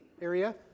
area